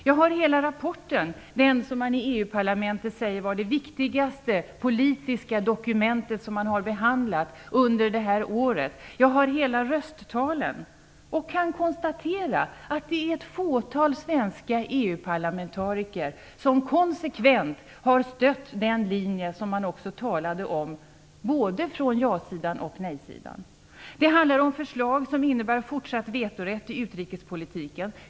Jag har hela rapporten, dvs. det som man i EU parlamentet säger vara det viktigaste politiska dokumentet som man har behandlat under det här året. Jag har alla röstetalen och kan konstatera att det är ett fåtal svenska EU-parlamentariker som konsekvent har stött den linje som man talade om från både ja-sidan och nej-sidan. Det handlar om förslag som innebär fortsatt vetorätt i utrikespolitiken.